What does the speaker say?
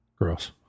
Gross